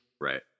Right